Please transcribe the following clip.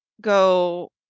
go